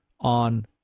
on